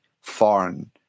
foreign